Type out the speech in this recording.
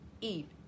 eat